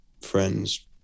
friends